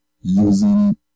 using